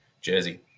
jersey